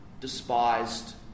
despised